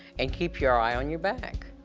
and keep your eye on your back.